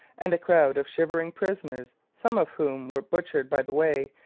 and a crowd of shivering prisoners, some of whom were butchered by the way,